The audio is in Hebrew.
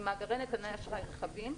שמאגרי נתוני אשראי רחבים,